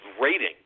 rating